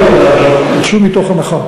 יצאו מתוך הנחה